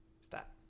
Stop